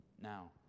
Now